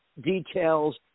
details